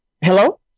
Hello